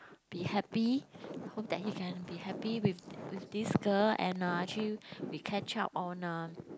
be happy hope that he can be happy with this girl and actually we catch up on a